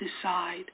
decide